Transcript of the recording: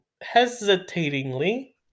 hesitatingly